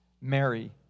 Mary